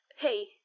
Hey